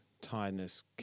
tiredness